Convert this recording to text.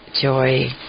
joy